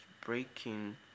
breaking